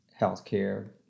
healthcare